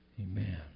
Amen